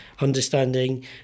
understanding